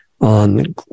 on